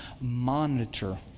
monitor